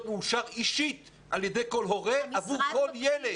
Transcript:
מאושר אישית על ידי כל הורה עבור כל ילד.